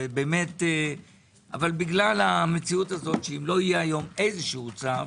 אך בגלל המציאות הזו שאם לא יהיו היום איזשהו צו,